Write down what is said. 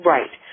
Right